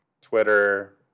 Twitter